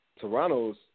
Toronto's